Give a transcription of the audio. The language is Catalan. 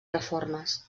reformes